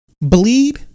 bleed